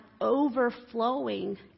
overflowing